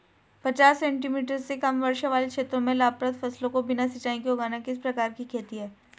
पचास सेंटीमीटर से कम वर्षा वाले क्षेत्रों में लाभप्रद फसलों को बिना सिंचाई के उगाना किस प्रकार की खेती है?